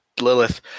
Lilith